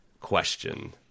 question